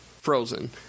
Frozen